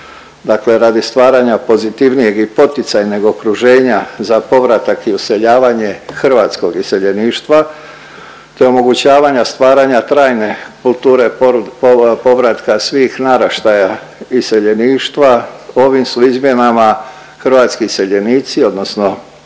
dakle radi stvaranja pozitivnijeg i poticajneg okruženja za povratak i useljavanja hrvatskog iseljeništva te omogućavanja stvaranja trajne kulturne povratka svih naraštaja iseljeništva, ovim su izmjenama hrvatski iseljenici odnosno